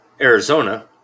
Arizona